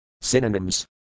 Synonyms